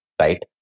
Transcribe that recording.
right